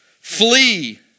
flee